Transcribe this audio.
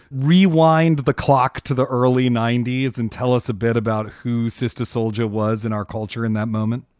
rewind the clock to the early ninety s and tell us a bit about who sister soldier was in our culture in that moment?